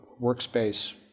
workspace